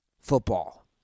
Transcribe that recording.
football